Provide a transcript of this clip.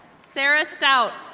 sarah stout.